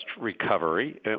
recovery